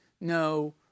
no